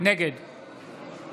נגד